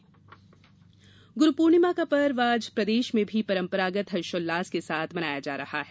गुरू पूर्णिमा गुरू पूर्णिमा का पर्व आज प्रदेश में भी परंपरागत हर्षोल्लास के साथ मनाया जायेगा